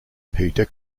peter